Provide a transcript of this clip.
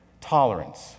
tolerance